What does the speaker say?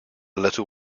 little